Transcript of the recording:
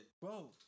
Bro